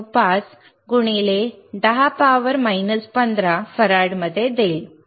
95 10 15 फराडमध्ये देईल